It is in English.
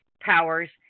powers